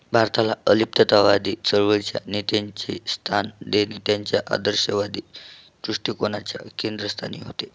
भारताला अलिप्ततावादी चळवळीच्या नेत्यांची स्थान देने त्यांच्या अदर्शवादी दृष्टिकोनाच्या केंद्रस्थानी होते